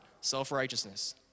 Self-righteousness